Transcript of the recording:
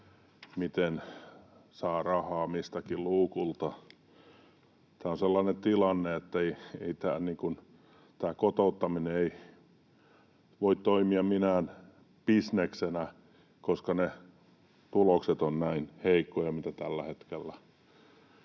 miten saa rahaa miltäkin luukulta. Tämä on sellainen tilanne, että tämä kotouttaminen ei voi toimia minään bisneksenä, koska ne tulokset ovat näin heikkoja kuin tällä hetkellä.